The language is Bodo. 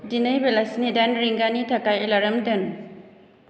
दिनै बेलासिनि दाइन रिंगानि थाखाय एलार्म दोन